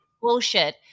Bullshit